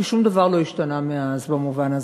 כי דבר לא השתנה מאז במובן הזה.